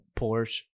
Porsche